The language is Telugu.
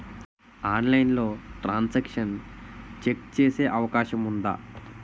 ఆన్లైన్లో ట్రాన్ సాంక్షన్ చెక్ చేసే అవకాశం ఉందా?